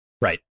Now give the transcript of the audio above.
Right